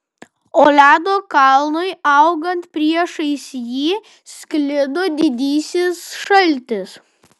o ledo kalnui augant priešais jį sklido didysis šaltis